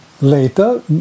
later